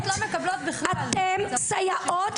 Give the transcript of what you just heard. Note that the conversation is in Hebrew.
אין סייעות.